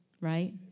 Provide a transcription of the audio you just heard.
Right